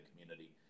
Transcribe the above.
community